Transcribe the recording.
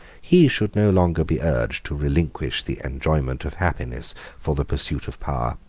he should no longer be urged to relinquish the enjoyment of happiness for the pursuit of power.